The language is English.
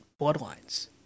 Bloodlines